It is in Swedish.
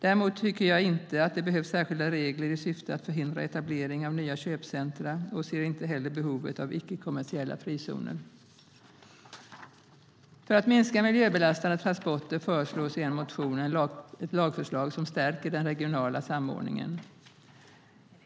Jag tycker inte att det behövs särskilda regler i syfte att förhindra etablering av nya köpcentrum och ser inte heller behov av icke-kommersiella frizoner. För att minska miljöbelastande transporter föreslås i en motion ett lagförslag som stärker den regionala samordningen.